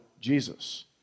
Jesus